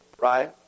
right